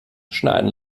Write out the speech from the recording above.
schneiden